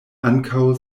ankaŭ